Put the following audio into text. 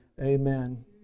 Amen